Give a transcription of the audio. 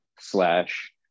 slash